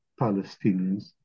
Palestinians